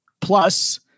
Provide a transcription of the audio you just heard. Plus